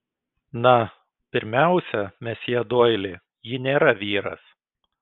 na pirmiausia mesjė doili ji nėra vyras